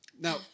Now